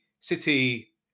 City